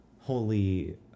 holy